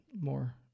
more